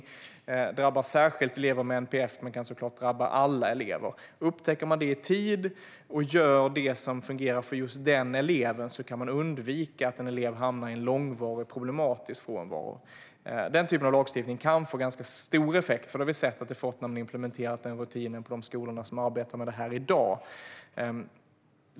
Detta drabbar särskilt elever med NPF men kan såklart drabba alla elever. Upptäcker man detta i tid och gör det som fungerar för just den eleven kan man undvika att en elev handlar i en långvarig, problematisk frånvaro. Den typen av lagstiftning kan få ganska stor effekt. Det har vi sett att den fått när man implementerat rutinen på de skolor som arbetar med detta i dag.